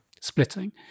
splitting